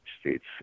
states